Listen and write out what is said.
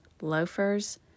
loafers